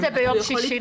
ואם זה ביום שישי,